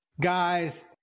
guys